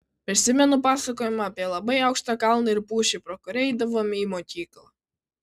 prisimenu pasakojimą apie labai aukštą kalną ir pušį pro kurią eidavome į mokyklą